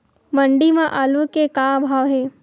मंडी म आलू के का भाव हे?